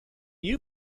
you